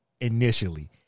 initially